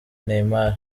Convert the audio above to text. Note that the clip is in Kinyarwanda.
neymar